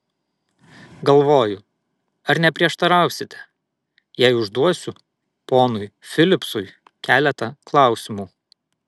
galvoju ar neprieštarausite jei užduosiu ponui filipsui keletą klausimų